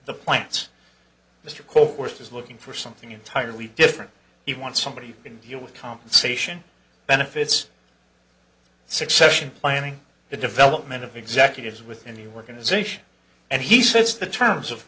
the plants mr course is looking for something entirely different he wants somebody in deal with compensation benefits succession planning the development of executives within the organization and he sets the terms of